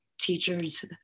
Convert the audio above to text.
Teachers